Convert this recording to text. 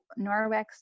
Norwex